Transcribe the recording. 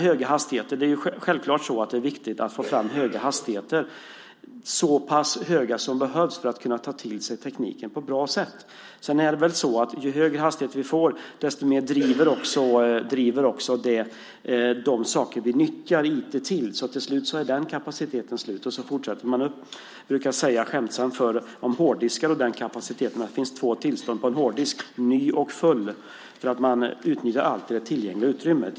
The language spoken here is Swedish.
Det är självklart viktigt att få fram höga hastigheter, så höga som behövs för att man ska kunna ta till sig tekniken på ett bra sätt. Ju högre hastigheter vi får desto mer driver det de saker vi nyttjar IT till. Till slut är den kapaciteten slut. Jag brukar skämtsamt säga om hårddiskar av den kapaciteten att det finns två typer av hårddisk: ny och full. Man utnyttjar allt tillgängligt utrymme.